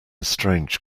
strange